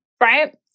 right